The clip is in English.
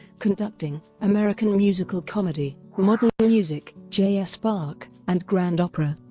conducting, american musical comedy, modern music, j s. bach, and grand opera.